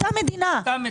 אותה מדינה.